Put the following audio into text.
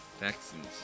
Texans